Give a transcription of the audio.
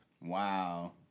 Wow